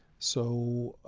so,